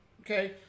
okay